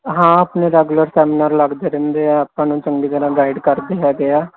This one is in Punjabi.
ਹਾਂ ਆਪਣੇ ਰੈਗੂਲਰ ਸੈਮੀਨਾਰ ਲੱਗਦੇ ਰਹਿੰਦੇ ਆ ਆਪਾਂ ਨੂੰ ਚੰਗੀ ਤਰ੍ਹਾਂ ਗਾਈਡ ਕਰਦੇ ਹੈਗੇ ਆ